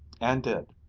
and did,